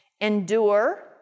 endure